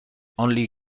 only